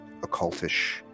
occultish